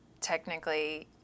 technically